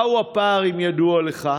2. מהו הפער, אם ידוע לך?